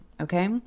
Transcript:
okay